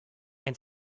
and